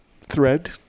Thread